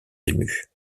émue